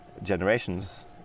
generations